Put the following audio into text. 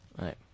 right